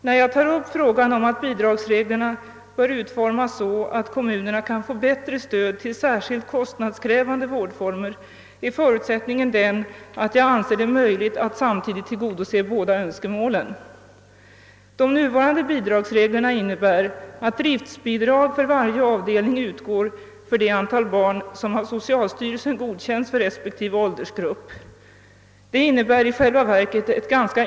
När jag tar upp frågan om att bidragsreglerna bör utformas så att kommunerna kan få bättre stöd till särskilt kostnadskrävande vårdformer är förutsättningen den, att jag anser det möjligt att samtidigt tillgodose båda önskemålen. De nuvarande bidragsreglerna innebär att driftbidrag för varje avdelning utgår för det antal barn, som av socialstyrelsen godkännes för respektive åldersgrupp. Dessa antal är för barn som är 6 månader — 1 1/2 år gamla 10, för 2 år gamla barn 8, för barn 3—4 år 12 och för barn 5—6 år 15.